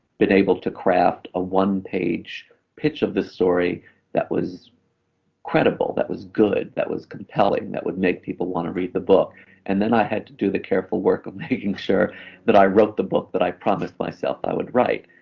but able to craft a one-page pitch of the story that was credible, that was good, that was compelling, that would make people want to read the book and then i had to do the careful work of making sure that i wrote the book, that i promised myself i would write.